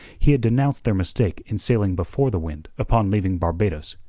he had denounced their mistake in sailing before the wind upon leaving barbados.